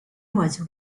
was